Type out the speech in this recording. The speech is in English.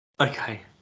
okay